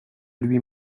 lui